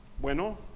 Bueno